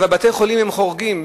בתי-חולים הם חורגים.